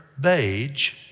beige